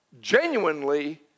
genuinely